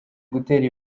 gutera